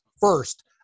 first